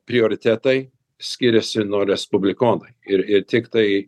prioritetai skiriasi nuo respublikonai ir ir tiktai